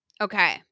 Okay